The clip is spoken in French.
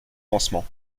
lancement